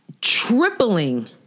tripling